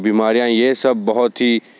बीमारियाँ यह सब बहुत ही